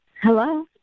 Hello